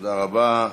תודה רבה.